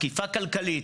תקיפה כלכלית,